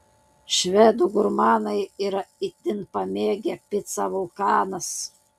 švedų gurmanai yra itin pamėgę picą vulkanas